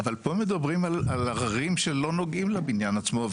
אבל פה הם מדברים על עררים שלא נוגעים לבניין עצמו,